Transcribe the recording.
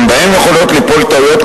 גם בהם יכולות ליפול טעויות,